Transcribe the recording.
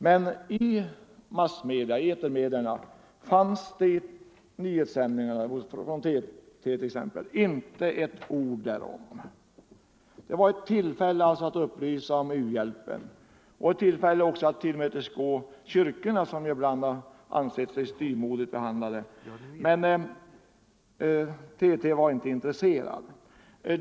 Men i etermediernas nyhetssändningar, t.ex. dagsnyheterna, förekom inte ett ord därom. Det var ett tillfälle att upplysa om u-hjälpen och också att tillmötesgå kyrkorna som ibland ansett sig styvmoderligt behandlade. Men på TT var man inte intresserad.